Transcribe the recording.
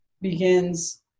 begins